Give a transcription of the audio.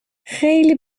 خیلی